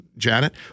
Janet